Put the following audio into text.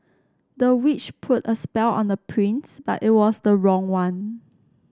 the witch put a spell on the prince but it was the wrong one